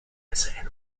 western